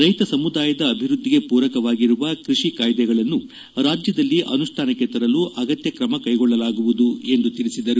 ರೈತ ಸಮುದಾಯದ ಅಭಿವೃದ್ಧಿಗೆ ಪೂರಕವಾಗಿರುವ ಕೃಷಿ ಕಾಯ್ದೆಗಳನ್ನು ರಾಜ್ಯದಲ್ಲಿ ಅನುಷ್ಠಾನಕ್ಕೆ ತರಲು ಅಗತ್ಯ ಕ್ರಮ ಕೈಗೊಳ್ಳಲಾಗುವುದು ಎಂದು ತಿಳಿಸಿದರು